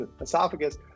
esophagus